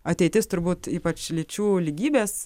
ateitis turbūt ypač lyčių lygybės